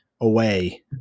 away